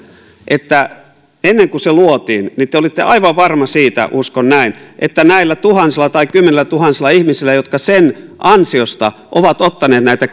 että ennen kuin se luotiin niin te olitte aivan varma siitä uskon näin että näillä tuhansilla tai kymmenillätuhansilla ihmisillä jotka sen ansiosta ovat ottaneet näitä